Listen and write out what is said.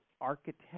architect